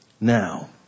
Now